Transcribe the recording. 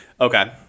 Okay